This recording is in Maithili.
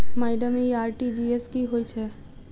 माइडम इ आर.टी.जी.एस की होइ छैय?